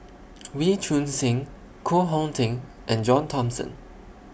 Wee Choon Seng Koh Hong Teng and John Thomson